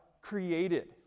Created